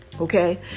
okay